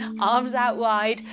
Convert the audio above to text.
arms out wide,